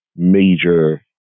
major